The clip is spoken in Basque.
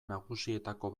nagusietako